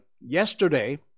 Yesterday